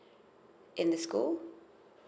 in the school